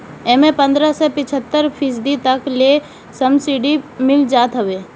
एमे पन्द्रह से पैंतीस फीसदी तक ले सब्सिडी मिल जात हवे